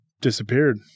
disappeared